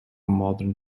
modern